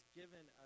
given